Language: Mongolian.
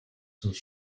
зүйл